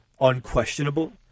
unquestionable